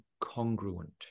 congruent